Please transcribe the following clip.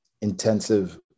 intensive